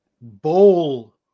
bowl